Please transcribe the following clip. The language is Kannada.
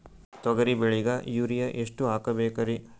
ತೊಗರಿ ಬೆಳಿಗ ಯೂರಿಯಎಷ್ಟು ಹಾಕಬೇಕರಿ?